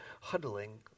huddling